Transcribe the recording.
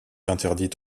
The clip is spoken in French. interdite